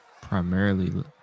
primarily